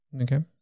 Okay